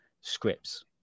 scripts